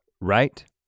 right